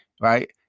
right